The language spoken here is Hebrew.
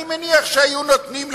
אני מניח שהיו נותנים להם.